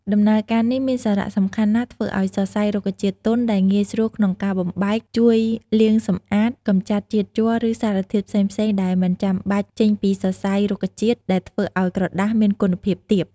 ដំណើរការនេះមានសារៈសំខាន់ណាស់ធ្វើឱ្យសរសៃរុក្ខជាតិទន់ ដែលងាយស្រួលក្នុងការបំបែក ជួយលាងសម្អាត កម្ចាត់ជាតិជ័រឬសារធាតុផ្សេងៗដែលមិនចាំបាច់ចេញពីសរសៃរុក្ខជាតិ ដែលធ្វើឱ្យក្រដាសមានគុណភាពទាប។